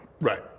Right